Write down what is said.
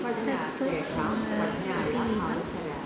तत्तु अतीव